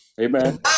Amen